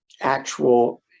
actual